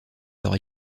leur